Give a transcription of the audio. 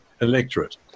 electorate